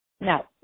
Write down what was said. Now